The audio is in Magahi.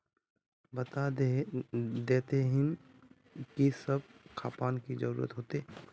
बता देतहिन की सब खापान की जरूरत होते?